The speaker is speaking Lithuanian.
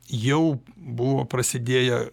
jau buvo prasidėję